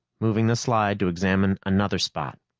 moving the slide to examine another spot.